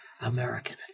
American